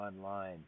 online